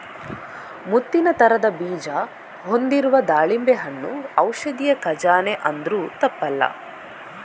ಮುತ್ತಿನ ತರದ ಬೀಜ ಹೊಂದಿರುವ ದಾಳಿಂಬೆ ಹಣ್ಣು ಔಷಧಿಯ ಖಜಾನೆ ಅಂದ್ರೂ ತಪ್ಪಲ್ಲ